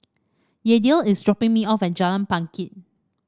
Yadiel is dropping me off at Jalan Bangket